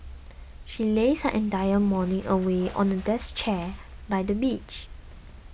she lazed her entire morning away on a deck chair by the beach